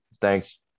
thanks –